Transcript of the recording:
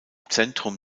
zentrum